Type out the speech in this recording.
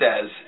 says